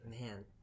man